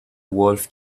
wolf